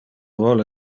vole